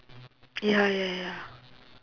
ya ya ya